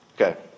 Okay